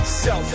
Self